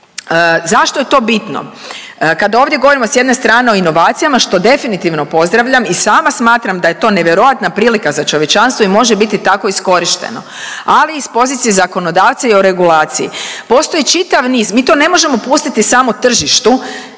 Zašto je to bitno? Kad ovdje govorimo s jedne strane o inovacijama, što definitivno pozdravljam i sama smatram da je to nevjerojatna prilika za čovječanstvo i može biti tako iskorišteno ali iz pozicije zakonodavca i o regulaciji. Postoji čitav niz, mi to ne možemo pustiti samo tržištu